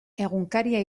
egunkaria